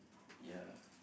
ya